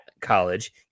college